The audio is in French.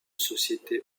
sociétés